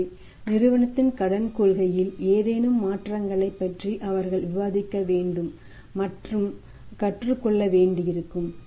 எனவே நிறுவனத்தின் கடன் கொள்கையில் ஏதேனும் மாற்றங்களைப் பற்றி அவர்கள் விவாதிக்க வேண்டும் மற்றும் கற்றுக் கொள்ள வேண்டியிருக்கும்